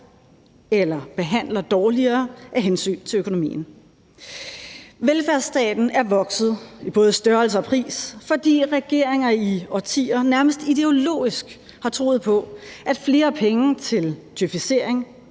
eller behandler dårligere af hensyn til økonomien. Kl. 21:21 Velfærdsstaten er vokset i både størrelse og pris, fordi regeringer i årtier nærmest ideologisk har troet på, at flere penge til djøfisering,